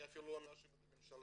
אני גם לא מאשים את הממשלה,